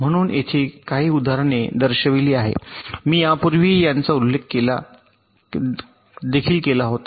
म्हणून येथे काही उदाहरणे दर्शविली आहेत मी यापूर्वीही याचा उल्लेख देखील केला होता